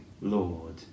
Lord